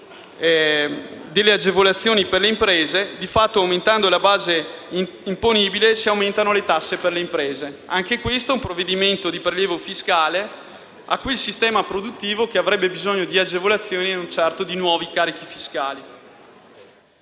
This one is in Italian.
le agevolazioni per le imprese; di fatto, aumentando la base imponibile, si aumentano le tasse per le imprese. Si tratta anche in tal caso di un provvedimento di prelievo fiscale ad un sistema produttivo che invece avrebbe bisogno di agevolazioni e non certo di nuovi carichi fiscali.